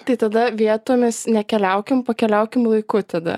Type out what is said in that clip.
tai tada vietomis nekeliaukim pakeliaukim laiku tada